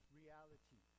reality